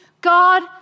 God